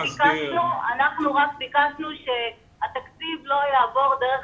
אנחנו רק ביקשנו שהתקציב לא יעבור דרך